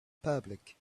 public